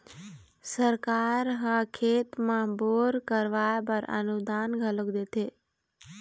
सरकार ह खेत म बोर करवाय बर अनुदान घलोक देथे